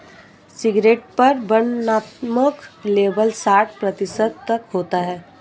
cigarette पर वर्णनात्मक label साठ प्रतिशत तक होता है